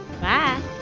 Bye